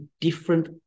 different